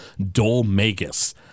Dolmagus